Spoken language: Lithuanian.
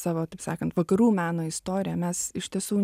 savo taip sakant vakarų meno istoriją mes iš tiesų